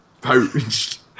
Poached